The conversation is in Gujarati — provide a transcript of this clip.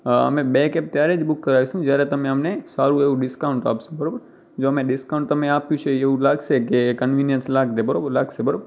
અમે બે કેબ ત્યારે જ બૂક કરાવીશું જયારે તમે અમને સારું એવું ડિસ્કાઉન્ટ આપશો બરાબર જો અમે ડિસ્કાઉન્ટ તમે આપ્યું છે એવું લાગશે કે કન્વિનિયન્સ લાગદે લાગશે બરાબર લાગશે બરાબર